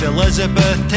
Elizabeth